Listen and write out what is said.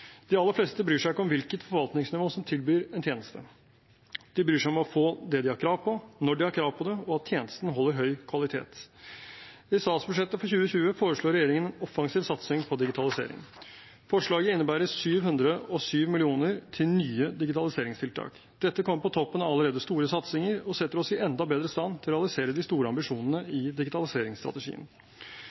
De aller fleste bryr seg ikke om hvilket forvaltningsnivå som tilbyr en tjeneste. De bryr seg om å få det de har krav på, når de har krav på det, og at tjenesten holder høy kvalitet. I statsbudsjettet for 2020 foreslår regjeringen en offensiv satsing på digitalisering. Forslaget innebærer 707 mill. kr til nye digitaliseringstiltak. Dette kommer på toppen av allerede store satsinger og setter oss i enda bedre stand til å realisere de store ambisjonene i digitaliseringsstrategien.